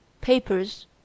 papers